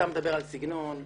אתה מדבר על סגנון,